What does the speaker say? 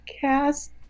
cast